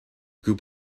group